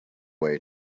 way